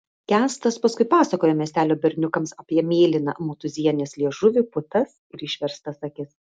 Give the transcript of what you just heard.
kęstas paskui pasakojo miestelio berniukams apie mėlyną motūzienės liežuvį putas ir išverstas akis